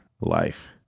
life